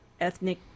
ethnic